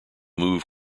move